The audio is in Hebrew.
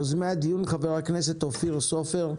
יוזמי הדיון הם חבר הכנסת אופיר סופר,